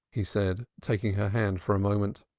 he said, taking her hand for a moment.